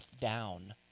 down